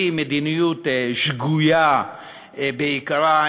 היא מדיניות שגויה בעיקרה,